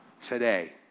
today